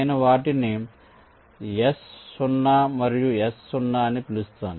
నేను వాటిని S0 మరియు S0 అని పిలుస్తాను